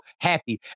happy